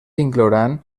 inclouran